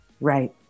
Right